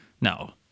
No